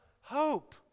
hope